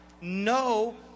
no